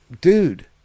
dude